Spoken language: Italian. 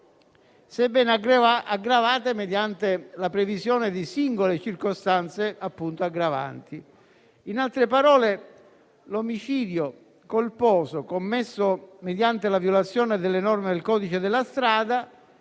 sebbene aggravate mediante la previsione di singole circostanze aggravanti. In altre parole, l'omicidio colposo commesso mediante la violazione delle norme del codice della strada